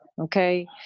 okay